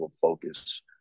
focus